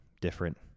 different